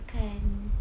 makan